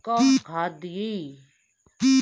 कौन खाद दियई?